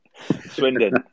Swindon